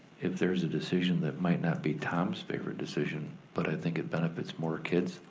if there's a decision that might not be tom's favorite decision, but i think it benefits more kids,